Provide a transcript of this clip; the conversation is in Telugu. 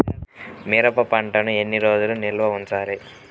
మిరప పంటను ఎన్ని రోజులు నిల్వ ఉంచాలి?